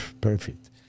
Perfect